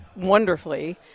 wonderfully